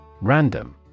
Random